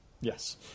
Yes